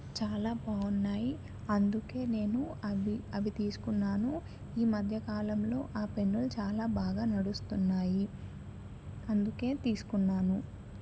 చాలా బాగున్నాయి అందుకే నేను అవి అవి తీసుకున్నాను ఈ మధ్యకాలంలో ఆ పెన్నులు చాలా బాగా నడుస్తున్నాయి అందుకే తీసుకున్నాను